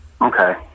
Okay